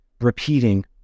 repeating